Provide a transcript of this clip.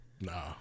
Nah